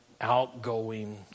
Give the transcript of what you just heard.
outgoing